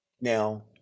Now